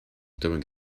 during